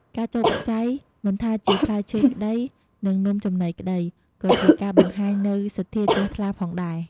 ការចូលបច្ច័យមិនថាជាផ្លែឈើក្ដី និងនំចំណីក្ដី ក៏ជាការបង្ហាញនូវសទ្ធាជ្រះថ្លាផងដែរ។